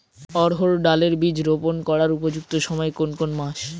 অড়হড় ডাল এর বীজ রোপন করার উপযুক্ত সময় কোন কোন মাস?